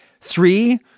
Three